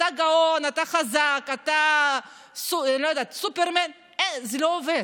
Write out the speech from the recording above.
אתה גאון, אתה חזק, אתה סופרמן, אין, זה לא עובד.